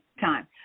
time